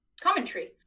commentary